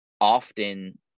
often